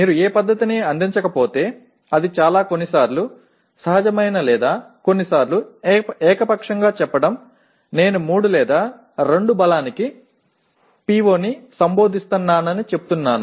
మీరు ఏ పద్ధతిని అందించకపోతే అది చాలా కొన్నిసార్లు సహజమైన లేదా కొన్నిసార్లు ఏకపక్షంగా చెప్పడం నేను 3 లేదా 2 బలానికి PO ని సంబోధిస్తానని చెప్తున్నాను